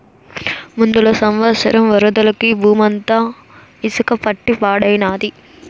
ముందల సంవత్సరం వరదలకి బూమంతా ఇసక పట్టి పాడైనాది